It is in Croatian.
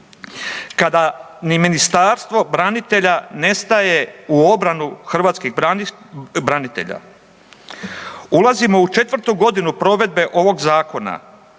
kada ni Ministarstvo branitelja ne staje u obranu hrvatskih branitelja. Ulazimo u četvrtu godinu provedbe ovog zakona